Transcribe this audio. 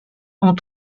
ont